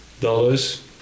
dollars